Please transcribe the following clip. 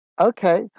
okay